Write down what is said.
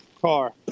car